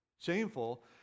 shameful